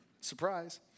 Surprise